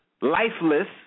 lifeless